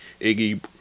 Iggy